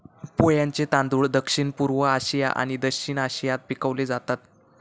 पोह्यांचे तांदूळ दक्षिणपूर्व आशिया आणि दक्षिण आशियात पिकवले जातत